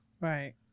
right